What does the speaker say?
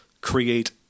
create